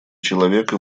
человека